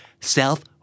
self